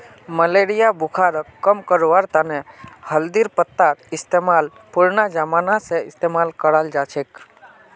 malaria बुखारक कम करवार तने हल्दीर पत्तार इस्तेमाल पुरना जमाना स इस्तेमाल कराल जाछेक